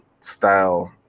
style